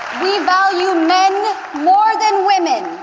we value men more than women,